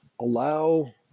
allow